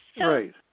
Right